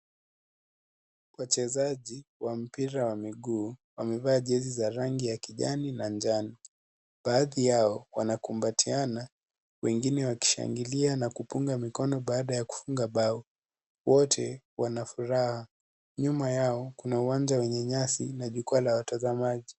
Wachezaji wa mpira wa miguu wamevaa jezi za rangi ya kijani na njano. Baadhi yao wanaokumbatia na, wengine wakishangilia na kupunga mikono baada ya kufunga bao. Wote wanafuraha. Nyuma yao kuna uwanja wa nyasi na jukwaa la watazamaji.